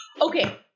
Okay